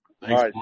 Thanks